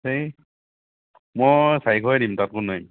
সেই মই চাৰিশহে দিম তাৰ ওপৰত নোৱাৰিম